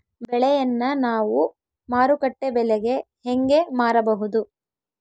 ಬೆಳೆಯನ್ನ ನಾವು ಮಾರುಕಟ್ಟೆ ಬೆಲೆಗೆ ಹೆಂಗೆ ಮಾರಬಹುದು?